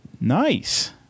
Nice